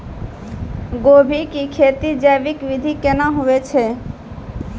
गोभी की खेती जैविक विधि केना हुए छ?